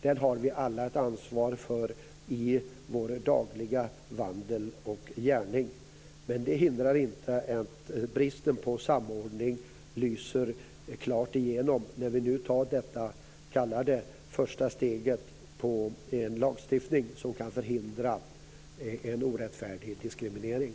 Det hindrar inte att bristen på samordning klart lyser igenom i det som kan kallas första steget till en lagstiftning för förhindrande av en orättfärdig diskriminering.